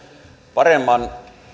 paremman